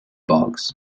bogs